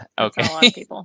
Okay